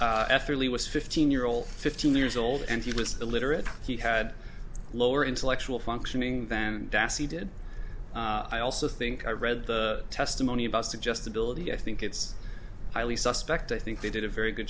lee was fifteen year old fifteen years old and he was illiterate he had lower intellectual functioning than he did i also think i read the testimony about suggestibility i think it's highly suspect i think they did a very good